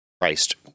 Christ